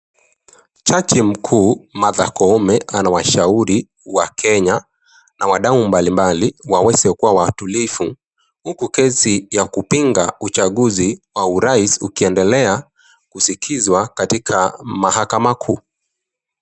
Jaji mkuu, Martha Koome, anawashauri wakenya na wadau mbalimbali waweze kuwa watulivu, huku kesi ya kupinga uchaguzi wa urais ukiendelea kusikizwa katika mahakama kuu.